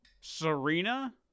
Serena